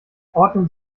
ordnen